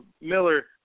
Miller